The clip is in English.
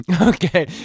Okay